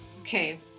Okay